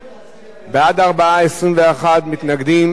בעד, 4, 21 מתנגדים, אין נמנעים.